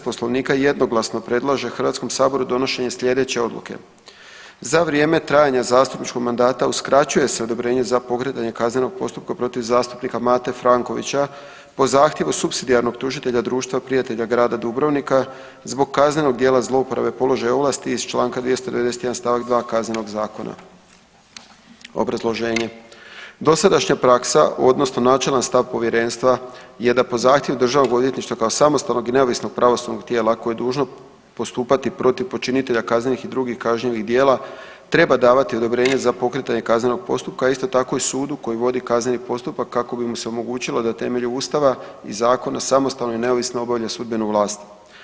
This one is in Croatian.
Poslovnika jednoglasno predlaže HS-u donošenje sljedeće odluke „Za vrijeme trajanja zastupničkog mandata uskraćuje se odobrenje za pokretanje kaznenog postupka protiv zastupnika Mate Frankovića po zahtjevu supsidijarnog tužitelja Društva prijatelja Grada Dubrovnika zbog kaznenog djela zlouporabe položaje ovlasti iz čl. 291. st. 2. Kaznenog zakona.“ Obrazloženje, dosadašnja praksa odnosno načelan stav povjerenstva je da po zahtjevu DORH-a kao samostalnog i neovisnog pravosudnog tijela, a koje je dužno postupati protiv počinitelja kaznenih i drugih kažnjivih djela treba davati odobrenje za pokretanje kaznenog postupka, a isto tako i sudu koji vodi kazneni postupak kako bi mu se omogućilo da na temelju Ustava i zakona samostalno i neovisno obavlja sudbenu vlast.